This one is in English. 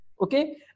Okay